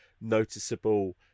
noticeable